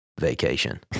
vacation